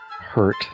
hurt